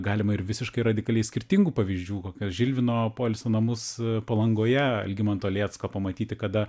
galima ir visiškai radikaliai skirtingų pavyzdžių kokią žilvino poilsio namus palangoje algimanto lėcko pamatyti kada